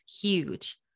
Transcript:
huge